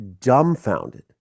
dumbfounded